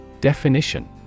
Definition